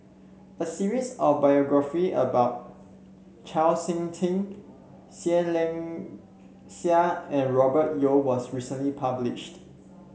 a series of biography about Chau SiK Ting Seah Liang Seah and Robert Yeo was recently published